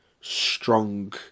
strong